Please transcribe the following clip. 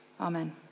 Amen